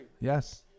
Yes